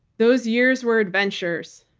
those years were adventures.